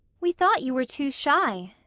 we thought you were too shy,